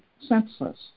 senseless